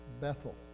Bethel